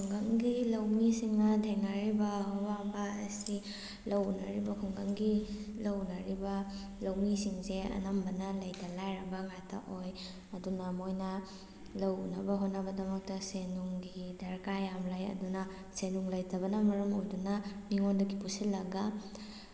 ꯈꯨꯡꯒꯪꯒꯤ ꯂꯧꯃꯤꯁꯤꯡꯅ ꯊꯦꯡꯅꯔꯤꯕ ꯑꯋꯥꯕ ꯑꯁꯤ ꯂꯧ ꯎꯅꯔꯤꯕ ꯈꯨꯡꯒꯪꯒꯤ ꯂꯧ ꯎꯅꯔꯤꯕ ꯂꯧꯃꯤꯁꯤꯡꯁꯦ ꯑꯅꯝꯕꯅ ꯂꯩꯇ ꯂꯥꯏꯔꯕ ꯉꯥꯡꯇ ꯑꯣꯏ ꯑꯗꯨꯅ ꯃꯣꯏꯅ ꯂꯧ ꯎꯅꯕ ꯍꯣꯠꯅꯕꯩꯗꯃꯛꯇ ꯁꯦꯜ ꯅꯨꯡꯒꯤ ꯗ꯭꯭ꯔꯀꯥꯔ ꯌꯥꯝ ꯂꯩ ꯑꯗꯨꯅ ꯁꯦꯜ ꯅꯨꯡ ꯂꯩꯇꯕꯅ ꯃꯔꯝ ꯑꯣꯏꯗꯨꯅ ꯃꯤꯉꯣꯟꯗꯒꯤ ꯄꯨꯁꯤꯜꯂꯒ